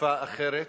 מתקפה אחרת,